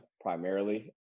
primarily